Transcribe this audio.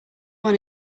one